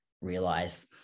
realize